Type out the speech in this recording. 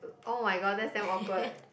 oh-my-god that's damn awkward